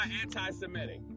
anti-Semitic